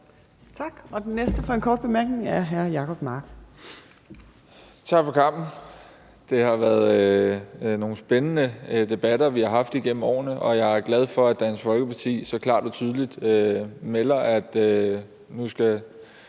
Tak. Den næste med en kort bemærkning er hr. Jacob Mark. Kl. 12:13 Jacob Mark (SF): Tak for kampen. Det har været nogle spændende debatter, vi har haft gennem årene, og jeg er glad for, at Dansk Folkeparti så klart og tydeligt melder, at